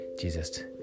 Jesus